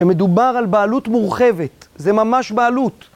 זה מדובר על בעלות מורחבת, זה ממש בעלות.